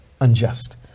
unjust